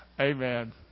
Amen